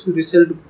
result